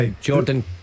Jordan